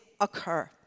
occur